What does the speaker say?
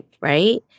right